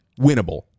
Winnable